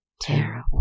Terrible